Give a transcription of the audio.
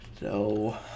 No